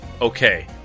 Okay